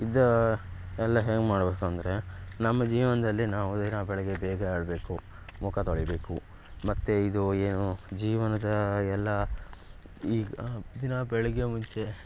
ಇದು ಎಲ್ಲ ಹೆಂಗೆ ಮಾಡಬೇಕಂದ್ರೆ ನಮ್ಮ ಜೀವನದಲ್ಲಿ ನಾವು ದಿನಾ ಬೆಳಿಗ್ಗೆ ಬೇಗ ಏಳಬೇಕು ಮುಖ ತೊಳೀಬೇಕು ಮತ್ತು ಇದು ಏನು ಜೀವನದ ಎಲ್ಲ ಈಗ ದಿನಾ ಬೆಳಿಗ್ಗೆ ಮುಂಚೆ